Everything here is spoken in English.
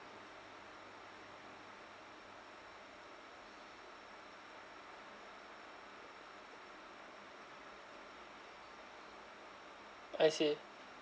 I see